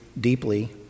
deeply